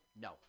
no